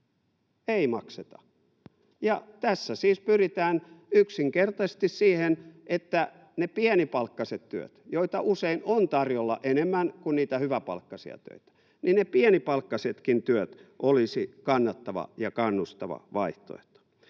Ei makseta. Tässä siis pyritään yksinkertaisesti siihen, että ne pienipalkkaisetkin työt, joita usein on tarjolla enemmän kuin niitä hyväpalkkaisia töitä, olisivat kannattava ja kannustava vaihtoehto.